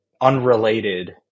unrelated